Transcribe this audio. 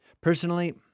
Personally